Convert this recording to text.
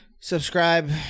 subscribe